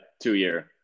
two-year